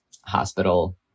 hospital